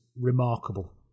remarkable